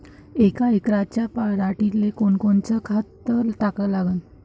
यका एकराच्या पराटीले कोनकोनचं खत टाका लागन?